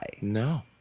No